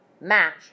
match